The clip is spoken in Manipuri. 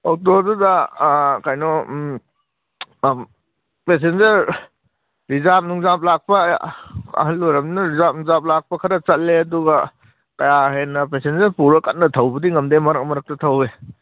ꯑꯣꯇꯣꯗꯨꯗ ꯀꯩꯅꯣ ꯄꯦꯁꯦꯟꯖꯔ ꯔꯤꯖꯥꯔꯚ ꯅꯨꯡꯖꯥꯔꯚ ꯂꯥꯛꯄ ꯑꯍꯜ ꯑꯣꯏꯔꯕꯅꯤꯅ ꯔꯤꯖꯥꯔꯚ ꯅꯨꯡꯖꯥꯔꯚ ꯂꯥꯛꯄ ꯈꯔ ꯆꯠꯂꯦ ꯑꯗꯨꯒ ꯀꯥꯍꯦꯟꯅ ꯄꯦꯁꯦꯟꯖꯔ ꯄꯨꯔꯒ ꯀꯟꯅ ꯊꯧꯕꯗꯤ ꯉꯝꯗꯦ ꯃꯔꯛ ꯃꯔꯛꯇ ꯊꯧꯋꯤ